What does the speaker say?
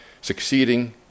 succeeding